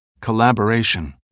collaboration